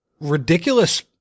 ridiculous